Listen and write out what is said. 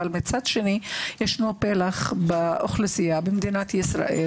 אבל מצד שני ישנו פלח באוכלוסייה במדינת ישראל